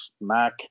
Mac